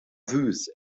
vus